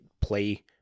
play